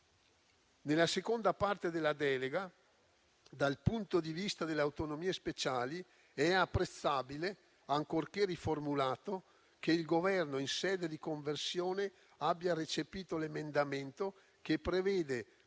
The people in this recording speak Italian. Nella seconda parte della delega, dal punto di vista delle autonomie speciali è apprezzabile, ancorché riformulato, che il Governo in sede di conversione abbia recepito l'emendamento che prevede